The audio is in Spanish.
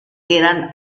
eran